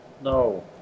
No